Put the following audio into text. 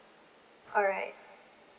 alright